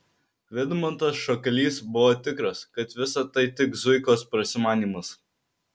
vidmantas šakalys buvo tikras kad visa tai tik zuikos prasimanymas